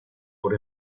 por